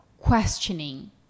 questioning